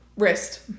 wrist